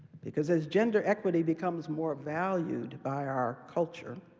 because as gender equity becomes more valued by our culture,